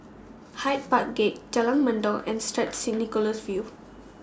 Hyde Park Gate Jalan Mendong and Street Nicholas View